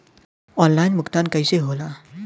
Online भुगतान कईसे होला?